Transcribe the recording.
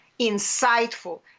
insightful